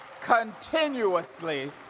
continuously